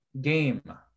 Game